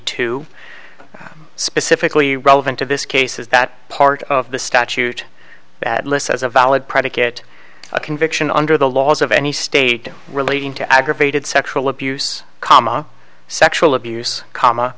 b specifically relevant to this case is that part of the statute that lists as a valid predicate a conviction under the laws of any state relating to aggravated sexual abuse comma sexual abuse comma